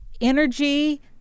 energy